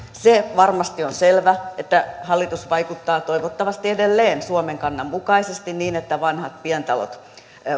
se varmasti on selvä että hallitus vaikuttaa toivottavasti edelleen suomen kannan mukaisesti niin että vanhat pientalot